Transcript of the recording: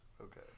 Okay